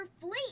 fleet